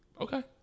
Okay